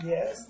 Yes